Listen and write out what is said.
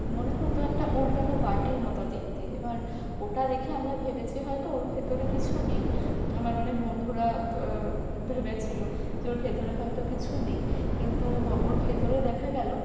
মনে হতো একটা উলটানো বাটির মতো দেখতে এবার ওটা দেখে আমরা ভেবেছি হয়তো ওর ভেতরে কিছু নেই আমার অনেক বন্ধুরা ভেবেছিল যে ওর ভেতরে হয়তো কিছু নেই কিন্তু ও ওর ভেতরে দেখা গেল